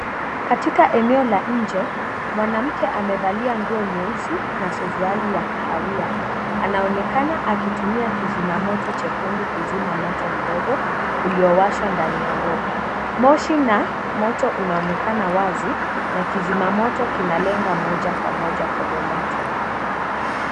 Katika eneo la nje mwanamke amevalia nguo nyeusi na suruali ya kaawia, anaonekana akitumia kizima moto chekundu kuzima moto mdoko uliyowashwa ndani ya ndoo, moshi na moto unaonekana wazi na kizima moto kinalenga moja kwa moja kwenye moto.